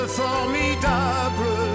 formidable